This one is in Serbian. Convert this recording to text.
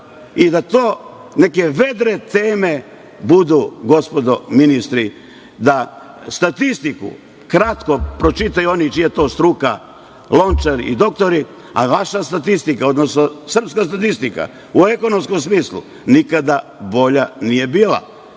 I da te neke vedre teme budu gospodo ministri, da statistiku kratko pročitaju oni čija je to struka, Lončar i doktori, a vaša statistika, odnosno srpska statistika u ekonomskom smislu nikada bolja nije bila.